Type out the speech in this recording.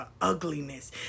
ugliness